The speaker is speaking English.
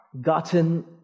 gotten